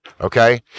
okay